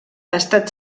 estat